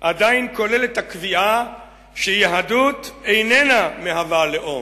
עדיין כולל את הקביעה שיהדות איננה מהווה לאום.